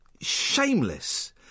shameless